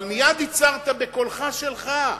אבל מייד הצהרת בקולך שלך: